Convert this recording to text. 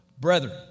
Brethren